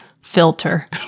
filter